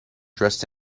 dressed